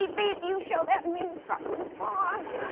beep, beep. you show that mean truck who's boss.